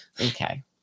Okay